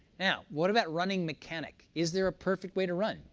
now what about running mechanic? is there a perfect way to run?